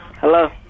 Hello